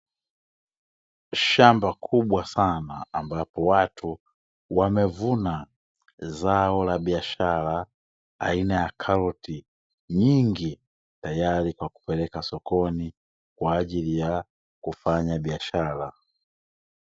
Shamba kubwa sana ambapo watu wamevuna zao la biashara aina ya karoti nyingi tayari kwa kupeleka sokoni kwa ajili ya kufanya biashara.